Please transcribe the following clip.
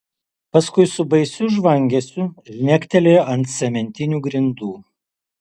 paskui su baisiu žvangesiu žnektelėjo ant cementinių grindų